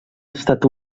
estat